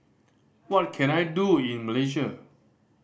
what can I do in Malaysia